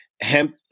hemp